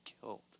killed